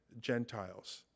Gentiles